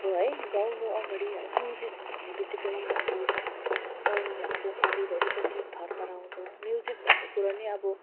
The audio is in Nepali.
अब है गाउनु अगाडि म्युजिक भन्ने बित्तिकै हाम्रो मन हाम्रो शरीरहरू कति थरथराउँछ म्युजिक भन्ने कुरो नै अब